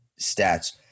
stats